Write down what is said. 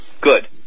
Good